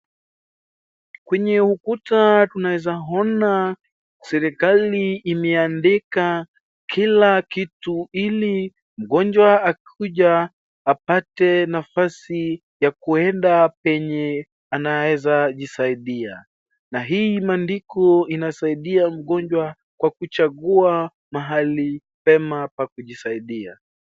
Kwenye ukuta tunezaona serikali imeandika kila kitu ili mgonjwa akikuj, apate nafasi ya kuenda penye anezajisaidia. Na hii maandiko inasaidia mgonjwa kwa kuchagua mahali pema pa kujisaidia.